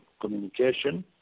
communication